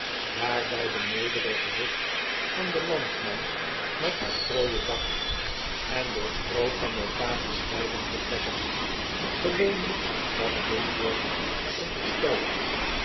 bij de nederige hut van den landman met haar strooien dak en door stroo van elkaar gescheiden vertrekken gewoonlijk wat wind wordt verondersteld